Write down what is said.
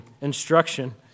instruction